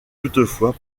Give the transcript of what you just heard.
toutefois